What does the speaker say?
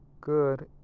good